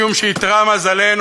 משום שאיתרע מזלנו,